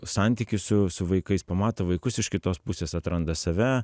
santykį su su vaikais pamato vaikus iš kitos pusės atranda save